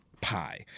pie